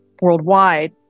worldwide